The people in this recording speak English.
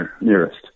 nearest